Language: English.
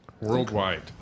worldwide